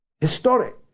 historic